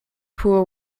poor